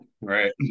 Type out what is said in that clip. Right